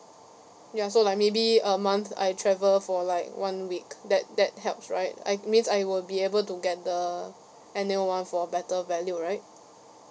ya so like maybe a month I travel for like one week that that helps right I means I will be able to get the annual one for better value right